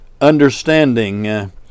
understanding